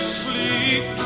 sleep